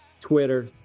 Twitter